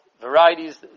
varieties